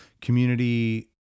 community